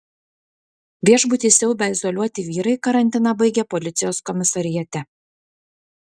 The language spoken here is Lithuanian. viešbutį siaubę izoliuoti vyrai karantiną baigė policijos komisariate